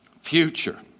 Future